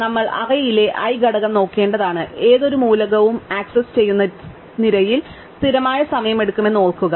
നമ്മൾ അറേയിലെ i ഘടകം നോക്കേണ്ടതാണ് ഏതൊരു മൂലകവും ആക്സസ് ചെയ്യുന്ന നിരയിൽ സ്ഥിരമായ സമയം എടുക്കുമെന്ന് ഓർക്കുക